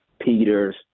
Peters